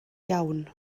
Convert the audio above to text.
iawn